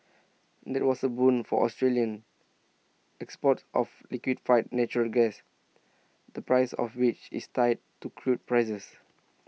that was A boon for Australian exports of liquefied natural gas the price of which is tied to crude prices